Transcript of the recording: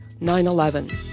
9-11